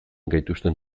gaituzten